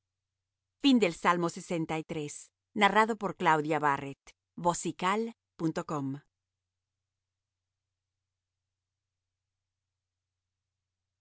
al músico principal salmo de